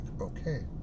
okay